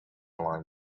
along